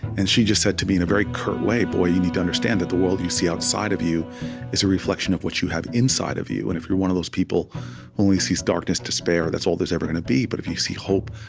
and she just said to me in a very curt way, boy, you need to understand that the world you see outside of you is a reflection of what you have inside of you, and if you're one of those people who only sees darkness, despair, that's all there's ever gonna be. but if you see hope,